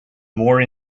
more